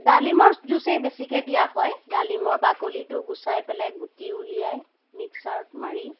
ডালিমৰ জুইচেই বেছিকৈ দিয়া হয় ডালিমৰ বাকলিটো গুচাই পেলাই গুটি উলিয়াই মিক্সাৰত মাৰি